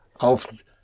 ...auf